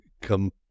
come